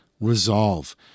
resolve